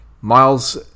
Miles